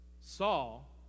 Saul